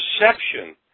perception